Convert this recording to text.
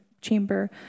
chamber